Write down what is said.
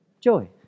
Joy